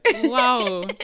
Wow